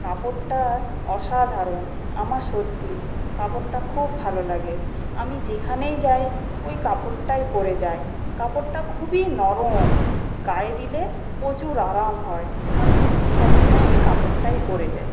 কাপড়টা অসাধারণ আমার সত্যি কাপড়টা খুব ভালো লাগে আমি যেখানেই যায় ওই কাপড়টাই পরে যাই কাপড়টা খুবই নরম গায়ে দিলে প্রচুর আরাম হয় আমি সব সময় ওই কাপড়টাই পরে যাই